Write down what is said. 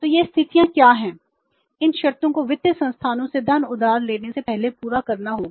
तो ये स्थितियां क्या हैं इन शर्तों को वित्तीय संस्थानों से धन उधार लेने से पहले पूरा करना होगा